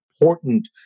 important